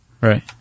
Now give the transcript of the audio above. Right